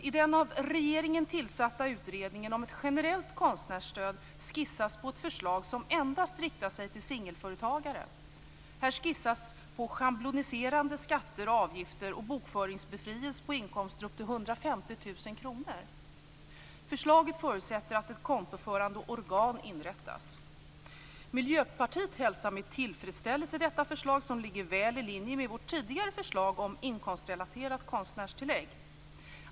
I den av regeringen tillsatta utredningen om ett generellt konstnärsstöd skissas på ett förslag som riktar sig endast till singelföretagare. Förslaget inrymmer schabloniserade skatter och avgifter och en bokföringsbefrielse på inkomster upp till Miljöpartiet hälsar med tillfredsställelse detta förslag, som ligger väl i linje med vårt tidigare förslag om inkomstrelaterat konstnärstillägg.